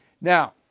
Now